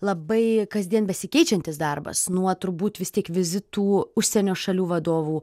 labai kasdien besikeičiantis darbas nuo turbūt vis tiek vizitų užsienio šalių vadovų